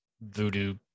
voodoo